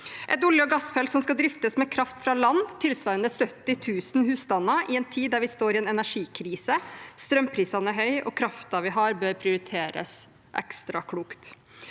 et olje- og gassfelt som skal driftes med kraft fra land, tilsvarende 70 000 husstander, i en tid der vi står i en energikrise. Strømprisen er høy og kraften vi har bør prioriteres ekstra klokt.